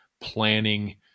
planning